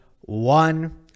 one